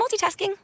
multitasking